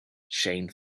shane